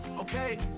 Okay